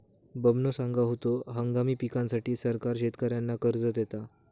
बबनो सांगा होतो, हंगामी पिकांसाठी सरकार शेतकऱ्यांना कर्ज देता